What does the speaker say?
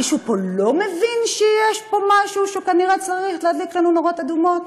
מישהו פה לא מבין שיש פה משהו שכנראה צריך להדליק לנו נורות אדומות?